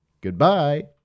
goodbye